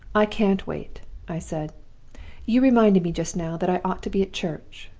i can't wait i said you reminded me just now that i ought to be at church